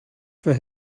for